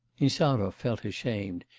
insarov felt ashamed.